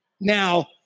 Now